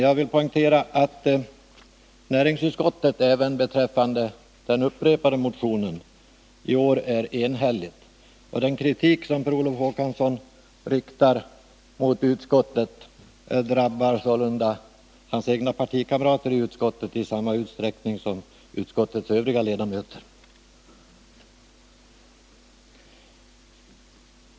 Jag vill poängtera att näringsutskottet även beträffande den upprepade motionen i år är enhälligt. Den kritik som Per Olof Håkansson riktar mot utskottet drabbar sålunda hans egna partikamrater i utskottet i samma utsträckning som utskottets övriga ledamöter.